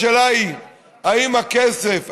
השאלה היא האם הכסף,